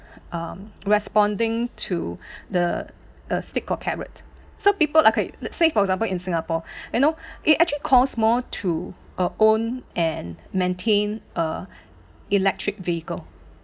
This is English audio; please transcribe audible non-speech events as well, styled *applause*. uh responding to the uh stick or carrot so people okay let's say for example in singapore *breath* you know it actually costs more to uh own and maintain a electric vehicle